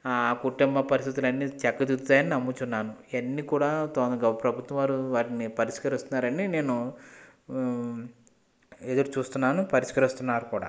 ఆ కుటుంబ పరిస్థితులు అన్నీ చక్కదిద్దుతున్నాయని నమ్ముతున్నాను ఇవన్నీ కూడా ప్రభుత్వాలు వాటిని పరిష్కరిస్తారని నేను ఎదురు చూస్తున్నాను పరిష్కరిస్తున్నారు కూడా